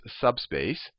subspace